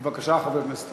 בבקשה, חבר הכנסת